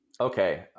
Okay